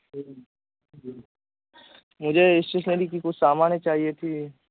مجھے اسٹیشنری کی کچھ سامانیں چاہیے تھی